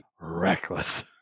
reckless